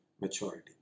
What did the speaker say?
maturity